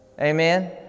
Amen